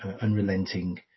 unrelenting